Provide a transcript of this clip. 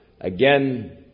again